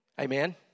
Amen